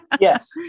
Yes